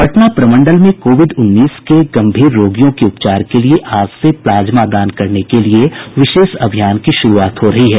पटना प्रमंडल में कोविड उन्नीस के गम्भीर रोगियों के उपचार के लिए आज से प्लाज्मा दान करने के लिए विशेष अभियान की शुरूआत हो रही है